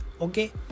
okay